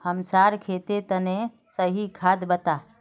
हमसार खेतेर तने सही खाद बता